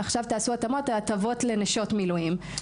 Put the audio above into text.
ועכשיו תעשו ההטבות לנשות מילואים.